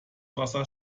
wasser